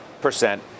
percent